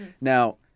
Now